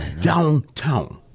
downtown